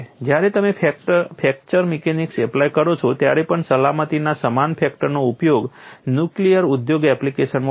જ્યારે તમે fracture mechanics apply કરો છો ત્યારે પણ સલામતીના સમાન ફેક્ટરનો ઉપયોગ નુક્લિયર ઉદ્યોગ એપ્લિકેશનમાં પણ થાય છે